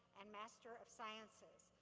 and master of sciences.